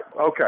Okay